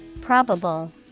Probable